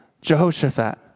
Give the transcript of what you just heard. Jehoshaphat